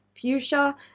fuchsia